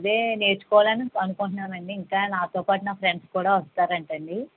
అదే నేర్చుకోవాలని అనుకుంటున్నాను అండి ఇంకా నాతో పాటు నా ఫ్రెండ్స్ కూడా వస్తారంటా అండి